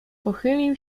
pochylił